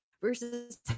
versus